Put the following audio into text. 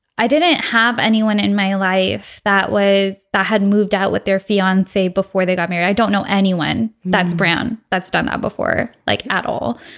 i didn't have anyone in my life that was that had moved out with their fiancee before they got married i don't know anyone that's brown that's done that before like at all.